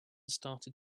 started